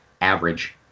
average